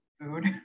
food